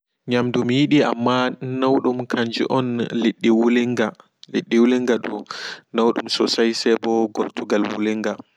Nyamdu mi yiɗi amma naudum kanju on liddi wulinga liddi wulinga do naudum sosai seɓo gortugal wulinga.